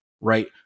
right